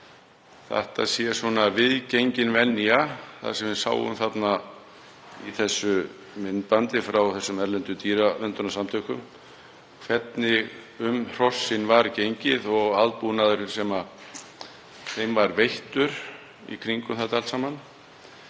þetta sé viðgengin venja, það sem við sáum í myndbandinu frá þessum erlendu dýraverndarsamtökum, hvernig um hrossin var gengið og aðbúnaðurinn sem þeim var veittur í kringum þetta allt saman,